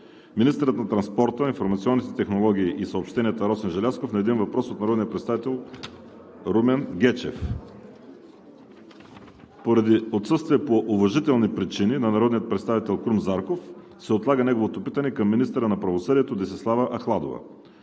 министърът на транспорта, информационните технологии и съобщенията Росен Желязков на един въпрос от народния представител Румен Гечев. Поради отсъствие по уважителни причини на народния представител Крум Зарков се отлага неговото питане към министъра на правосъдието Десислава Ахладова.